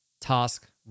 task